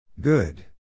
Good